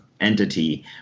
entity